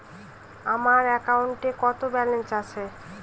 আমার অ্যাকাউন্টে কত ব্যালেন্স আছে?